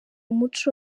muco